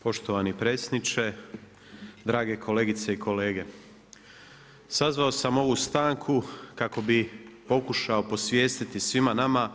Poštovani predsjedniče, drage kolegice i kolege sazvao sam ovu stanku kako bih pokušao posvijestiti svima nama